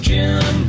Jim